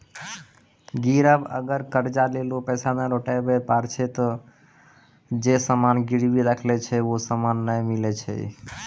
गिरब अगर कर्जा लेलो पैसा नै लौटाबै पारै छै ते जे सामान गिरबी राखलो छै हौ सामन नै मिलै छै